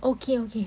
okay okay